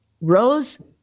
Rose